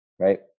Right